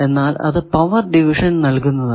എന്നാൽ അത് power division നൽകുന്നതാണ്